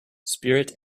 spirit